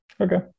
Okay